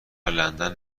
لندن